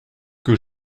que